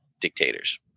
dictators